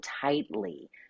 tightly